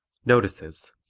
notices